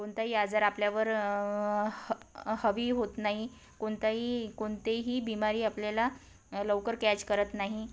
कोणताही आजार आपल्यावर ह हवी होत नाही कोणताही कोणतेही बिमारी आपल्याला लवकर कॅच करत नाही